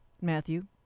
Matthew